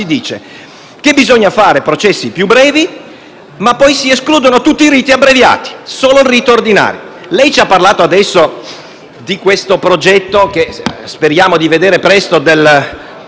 si dice che bisogna fare processi più brevi, ma poi si escludono tutti i riti abbreviati, lasciando solo il rito ordinario. Lei ha parlato adesso di questo progetto che speriamo di vedere presto,